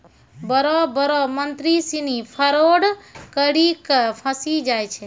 बड़ो बड़ो मंत्री सिनी फरौड करी के फंसी जाय छै